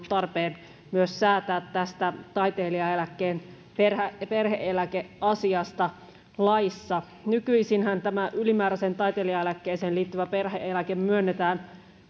tarpeen myös säätää tästä taiteilijaeläkkeen perhe eläkeasiasta laissa nykyisinhän tämä ylimääräiseen taiteilijaeläkkeeseen liittyvä perhe eläke myönnetään